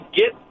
get